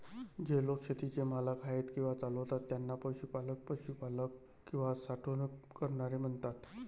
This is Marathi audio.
जे लोक शेतीचे मालक आहेत किंवा चालवतात त्यांना पशुपालक, पशुपालक किंवा साठवणूक करणारे म्हणतात